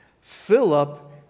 Philip